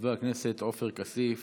חבר הכנסת עופר כסיף